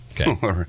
Okay